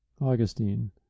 Augustine